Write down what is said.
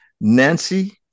Nancy